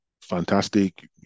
fantastic